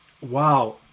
Wow